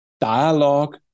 dialogue